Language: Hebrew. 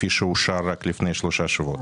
כפי שאושר רק לפני שלושה שבועות.